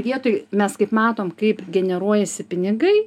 vietoj mes kaip matom kaip generuojasi pinigai